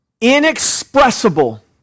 inexpressible